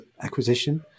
acquisition